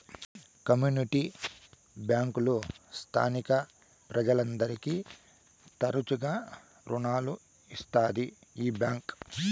community బ్యాంకులు స్థానిక ప్రజలందరికీ తరచుగా రుణాలు ఇత్తాది ఈ బ్యాంక్